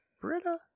Britta